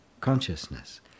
consciousness